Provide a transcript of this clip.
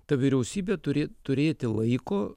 ta vyriausybė turi turėti laiko